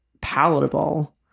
palatable